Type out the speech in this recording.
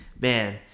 man